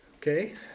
Okay